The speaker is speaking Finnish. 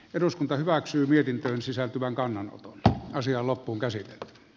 eduskunta hyväksyi mietintöön sisältyvän kannan asiaan lopun käsin